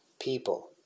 people